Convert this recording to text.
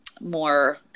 more